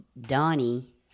Donnie